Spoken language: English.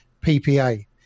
PPA